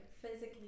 Physically